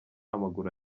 amaguru